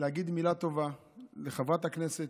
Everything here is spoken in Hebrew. אגיד מילה טובה לחברת הכנסת,